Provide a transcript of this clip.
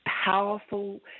powerful